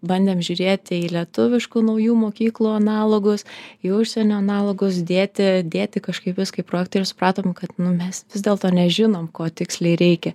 bandėm žiūrėti į lietuviškų naujų mokyklų analogus į užsienio analogus dėti dėti kažkaip viską į projektą ir supratom kad mes vis dėlto nežinom ko tiksliai reikia